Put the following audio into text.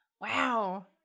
Wow